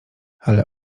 ale